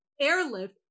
airlift